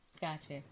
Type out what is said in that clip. Gotcha